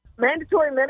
Mandatory